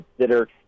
consider